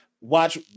Watch